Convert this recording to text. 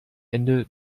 ende